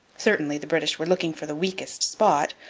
certainly the british were looking for the weakest spot,